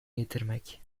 getirmek